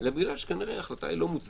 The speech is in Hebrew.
אלא בגלל שכנראה ההחלטה היא לא מוצדקת,